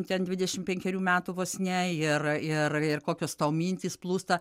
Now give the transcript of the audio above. ten dvidešimt penkerių metų vos ne ir ir ir kokios tau mintys plūsta